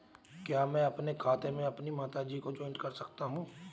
क्या मैं अपने खाते में अपनी माता जी को जॉइंट कर सकता हूँ?